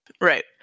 Right